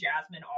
Jasmine